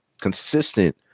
consistent